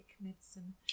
medicine